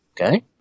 Okay